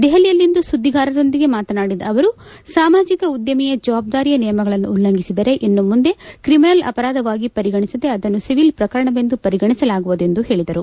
ದೆಹಲಿಯಲ್ಲಿಂದು ಸುದ್ದಿಗಾರರೊಂದಿಗೆ ಮಾತನಾಡಿದ ಅವರು ಸಾಮಾಜಿಕ ಉದ್ಯಮೀಯ ಜವಾಬ್ದಾರಿಯ ನಿಯಮಗಳನ್ನು ಉಲ್ಲಂಘಿಸಿದರೆ ಇನ್ನು ಮುಂದು ತ್ರಿಮಿನಲ್ ಅಪರಾಧವಾಗಿ ಪರಿಗಣಿಸದೇ ಅದನ್ನು ಸಿವಿಲ್ ಪ್ರಕರಣವೆಂದು ಪರಿಗಣಿಸಲಾಗುವುದು ಎಂದು ಹೇಳಿದರು